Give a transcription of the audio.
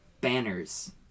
banners